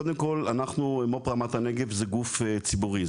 קודם כל אנחנו מו"פ רמת הנגב זה גוף ציבורי,